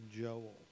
Joel